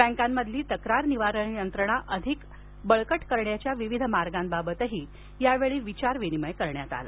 बँकामधील तक्रार निवारण यंत्रणा अधिक बळकट करण्याच्या विविध मार्गांबाबतही यावेळी विचारविनिमय करण्यात आला